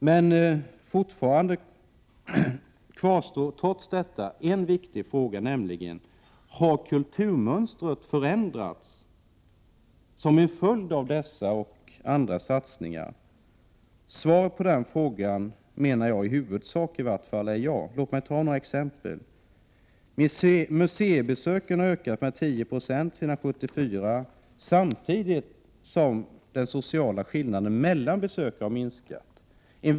Men fortfarande kvarstår en viktig fråga: Har kulturmönstret förändrats, som en följd av dessa och andra satsningar? Svaret på den frågan menar jag i huvudsak är ja. Låt mig nämna några exempel. Museibesöken har ökat med 10 90 sedan 1974, samtidigt som den sociala skillnaden mellan besökarna har minskat.